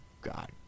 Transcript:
god